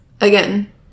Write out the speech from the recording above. Again